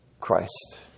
Christ